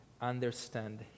Understand